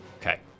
Okay